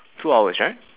two hours right